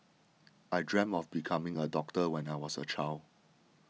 I dreamt of becoming a doctor when I was a child